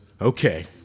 okay